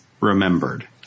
Remembered